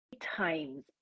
times